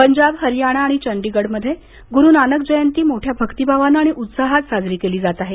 पंजाब हरियाणा आणि चंदीगडमध्ये गुरु नानक जयंती मोठ्या भक्ती आणि उत्साहात साजरी केली जात आहे